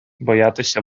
боятися